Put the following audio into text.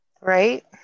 right